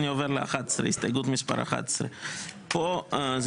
אני עובר להסתייגות מספר 11. פה זה